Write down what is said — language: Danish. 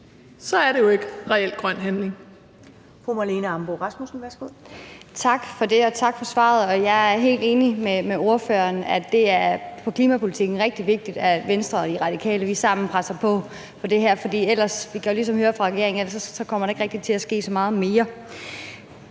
er det jo ikke reel grøn handling.